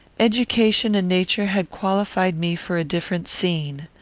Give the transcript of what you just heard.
education and nature had qualified me for a different scene.